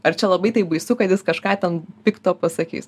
ar čia labai taip baisu kad jis kažką ten pikto pasakys